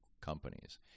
companies